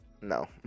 no